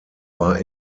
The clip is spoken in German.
war